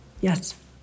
Yes